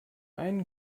einen